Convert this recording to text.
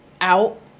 out